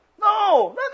no